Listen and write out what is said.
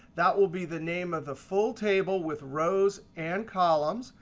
that will be the name of the full table with rows and columns,